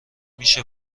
میشه